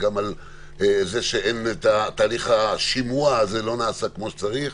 וגם על זה שתהליך השימוע הזה לא נעשה כמו שצריך.